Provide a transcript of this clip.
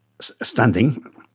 standing